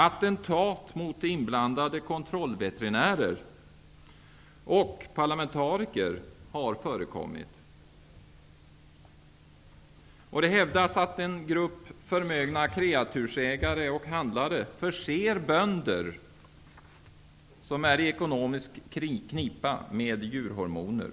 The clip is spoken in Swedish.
Attentat mot inblandade kontrollveterinärer och parlamentariker har förekommit. Det hävdas att en grupp förmögna kreatursägare och handlare förser bönder som är i ekonomisk knipa med djurhormoner.